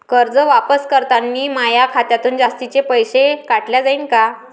कर्ज वापस करतांनी माया खात्यातून जास्तीचे पैसे काटल्या जाईन का?